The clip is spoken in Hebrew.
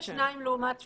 92 לעומת 82,